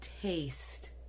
taste